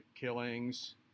killings